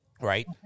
Right